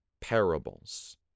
parables